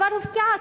כבר הופקעה,